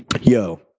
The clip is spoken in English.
Yo